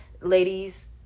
Ladies